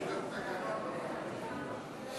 יש בתקנון,